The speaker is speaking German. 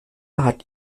hat